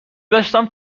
داشتم